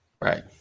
Right